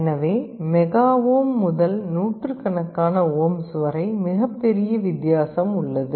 எனவே mega ohm முதல் நூற்றுக்கணக்கான ஓம்ஸ் வரை மிகப்பெரிய வித்தியாசம் உள்ளது